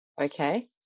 okay